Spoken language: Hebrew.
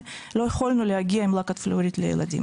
ולא יכולנו להגיע עם לכת פלואוריד לילדים.